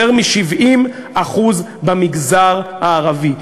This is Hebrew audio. יותר מ-70% במגזר הערבי.